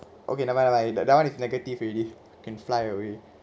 okay never mind never mind that [one] is negative already can fly away